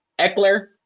Eckler